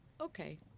Okay